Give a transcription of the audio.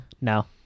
no